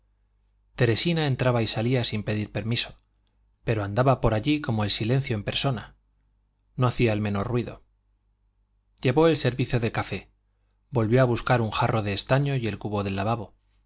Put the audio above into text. teresina entraba y salía sin pedir permiso pero andaba por allí como el silencio en persona no hacía el menor ruido llevó el servicio del café volvió a buscar un jarro de estaño y el cubo del lavabo